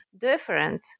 different